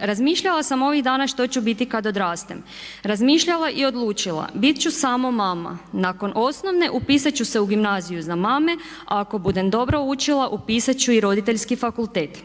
Razmišljala sam ovih dana što ću biti kad odrastem. Razmišljala i odlučila. Bit ću samo mama. Nakon osnovne upisati ću se u gimnaziju za mame a ako budem dobro učila upisati ću i roditeljski fakultet.